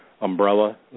umbrella